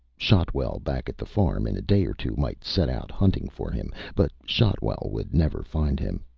shotwell, back at the farm, in a day or two might set out hunting for him. but shotwell would never find him.